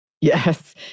Yes